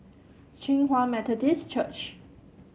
Hinghwa Methodist Church